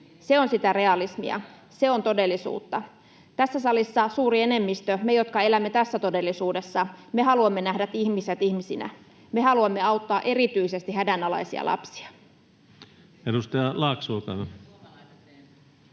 Se on sitä realismia. Se on todellisuutta. Tässä salissa suuri enemmistö — me, jotka elämme tässä todellisuudessa — haluamme nähdä ihmiset ihmisinä. Me haluamme auttaa erityisesti hädänalaisia lapsia. [Leena Meri: Tosiaan,